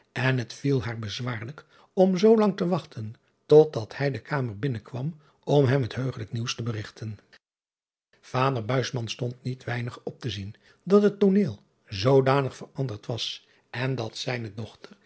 en het viel haar bezwaarlijk om zoolang te wachten tot dat hij de kamer binnenkwam om hem het heugelijk nieuws te berigten ader stond niet weinig op te zien dat het tooneel zoodanig veranderd was en dat zijne dochter